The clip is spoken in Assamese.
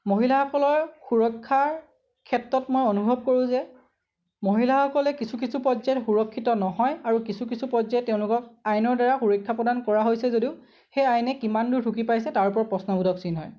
মহিলাসকলৰ সুৰক্ষাৰ ক্ষেত্ৰত মই অনুভব কৰোঁ যে মহিলাসকলে কিছু কিছু পৰ্যায়ত সুৰক্ষিত নহয় আৰু কিছু কিছু পৰ্যায়ত তেওঁলোকক আইনৰ দ্বাৰা সুৰক্ষা প্ৰদান কৰা হৈছে যদিও সেই আইনে কিমান দূৰ ঢুকি পাইছে তাৰ ওপৰত প্ৰশ্নবোধক চিন হয়